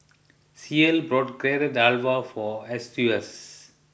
Ceil bought Carrot Halwa for Eustace